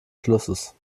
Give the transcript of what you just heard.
flusses